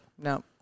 No